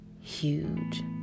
huge